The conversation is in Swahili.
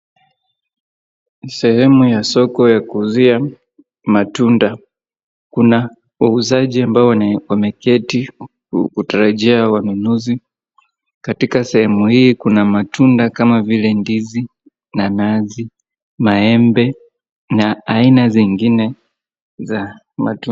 Sehemu ya soko ya kuuzia matunda. Kuna wauzaji ambao wameketi kutarajia wanunuzi. Katika sehemu hii kuna matunda kama vile ndizi, nanasi, maembe na aina zingine za matunda.